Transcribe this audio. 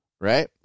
right